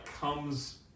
comes